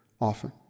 often